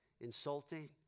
insulting